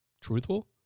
truthful